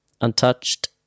Untouched